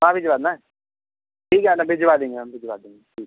वहाँ भिजवाना है ठीक है न भिजवा देंगे हम भिजवा देंगे ठीक